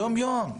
יום-יום.